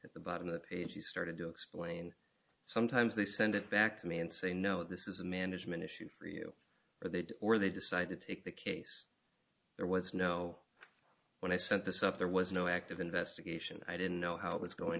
at the bottom of the page he started to explain sometimes they send it back to me and say no this is a management issue for you or they do or they decide to take the case there was no when i sent this up there was no active investigation i didn't know how it was going